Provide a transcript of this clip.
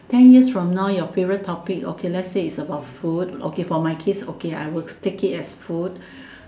ten years from now your favourite topic okay lets say it's about food okay for my case okay I would take it as food